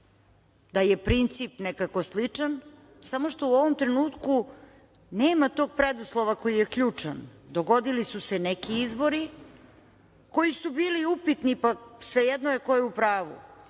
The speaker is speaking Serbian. da je princip nekako sličan, samo što u ovom trenutku nema tog preduslova koji je ključan, dogodili su se neki izbori koji su bili upitni, pa svejedno je ko je u pravu,